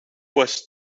was